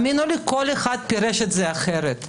כל אחד פירש את זה אחרת.